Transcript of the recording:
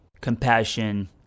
compassion